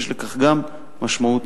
יש לכך גם משמעות תקציבית.